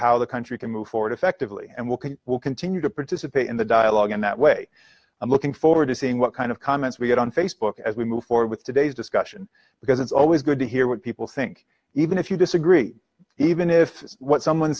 how the country can move forward effectively and will cain will continue to participate in the dialogue in that way i'm looking forward to seeing what kind of comments we get on facebook as we move forward with today's discussion because it's always good to hear what people think even if you disagree even if what someone